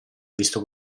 visto